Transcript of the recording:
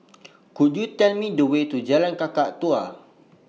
Could YOU Tell Me The Way to Jalan Kakatua